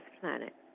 planet